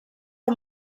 amb